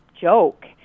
joke